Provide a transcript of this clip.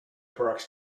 parks